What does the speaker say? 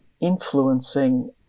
influencing